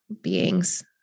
beings